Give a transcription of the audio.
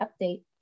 update